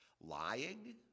Lying